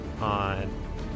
on